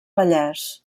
vallès